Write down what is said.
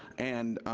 and